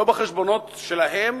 לא בחשבונות שלהם,